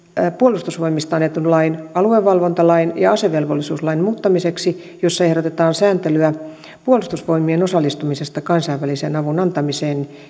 puolustusvoimista annetun lain aluevalvontalain ja asevelvollisuuslain muuttamiseksi jossa ehdotetaan sääntelyä puolustusvoimien osallistumisesta kansainvälisen avun antamiseen